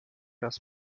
das